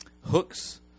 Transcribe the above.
hooks